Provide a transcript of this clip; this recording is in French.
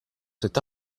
cet